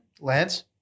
Lance